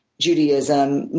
judaism,